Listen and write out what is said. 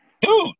Dude